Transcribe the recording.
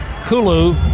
Kulu